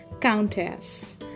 countess